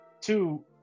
two